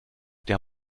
der